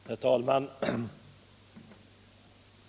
Herr talman!